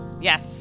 Yes